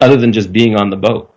other than just being on the boat